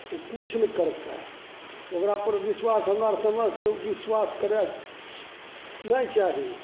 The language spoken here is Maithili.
ओ किछु नहि करतै ओकरापर विश्वास हमरा आओर समझसे ओ विश्वास करैके नहि चाही